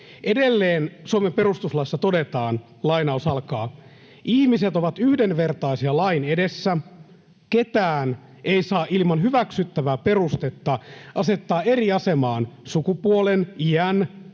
Edelleen Suomen perustuslaissa todetaan: ”Ihmiset ovat yhdenvertaisia lain edessä. Ketään ei saa ilman hyväksyttävää perustetta asettaa eri asemaan sukupuolen, iän,